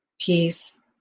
peace